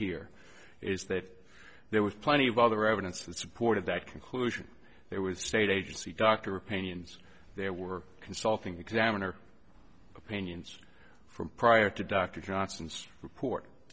here is that there was plenty of other evidence that supported that conclusion there was state agency doctor opinions there were consulting examiner opinions from prior to dr johnson's report